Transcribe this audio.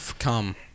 Come